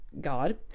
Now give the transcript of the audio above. God